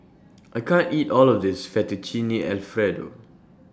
I can't eat All of This Fettuccine Alfredo